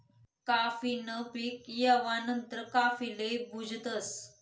काफी न पीक येवा नंतर काफीले भुजतस